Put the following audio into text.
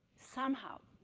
somehow,